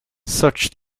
such